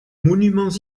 monuments